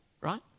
right